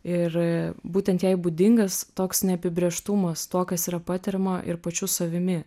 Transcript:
ir būtent jai būdingas toks neapibrėžtumas to kas yra patiriama ir pačių savimi